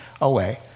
away